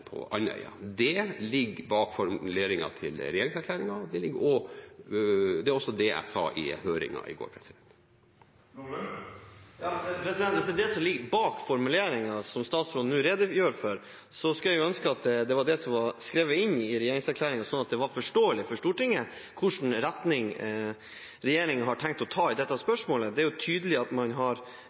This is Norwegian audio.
Andøya. Det ligger bak formuleringen i regjeringserklæringen, og det er også det jeg sa i høringen i går. Hvis det er det som statsråden nå redegjør for, som ligger bak formuleringen, skulle jeg ønsket at det var det som var skrevet inn i regjeringserklæringen, slik at det er forståelig for Stortinget hvilken retning regjeringen har tenkt å ta i dette spørsmålet. Det er jo tydelig at man